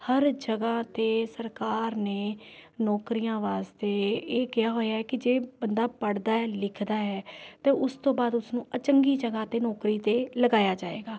ਹਰ ਜਗ੍ਹਾ 'ਤੇ ਸਰਕਾਰ ਨੇ ਨੌਕਰੀਆਂ ਵਾਸਤੇ ਇਹ ਇਹ ਕਿਹਾ ਹੋਇਆ ਕਿ ਜੇ ਬੰਦਾ ਪੜ੍ਹਦਾ ਹੈ ਲਿਖਦਾ ਹੈ ਤਾਂ ਉਸ ਤੋਂ ਬਾਅਦ ਉਸ ਨੂੰ ਚੰਗੀ ਜਗ੍ਹਾ 'ਤੇ ਨੌਕਰੀ 'ਤੇ ਲਗਾਇਆ ਜਾਏਗਾ